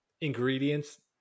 ingredients